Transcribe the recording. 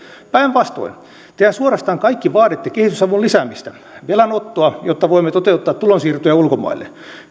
mutta tehän päinvastoin suorastaan kaikki vaaditte kehitysavun lisäämistä velanottoa jotta voimme toteuttaa tulonsiirtoja ulkomaille